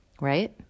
right